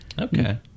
Okay